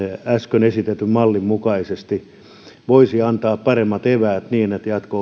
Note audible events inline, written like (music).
äsken esitetyn mallin mukaisesti voisi antaa parempia eväitä niin että jatko (unintelligible)